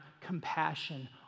compassion